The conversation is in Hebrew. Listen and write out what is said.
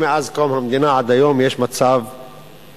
מאז קום המדינה עד היום יש מצב חירום,